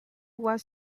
was